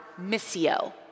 missio